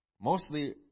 Mostly